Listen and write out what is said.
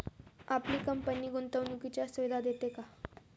आपली कंपनी गुंतवणुकीच्या सुविधा देते का?